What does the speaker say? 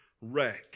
wreck